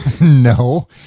No